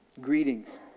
greetings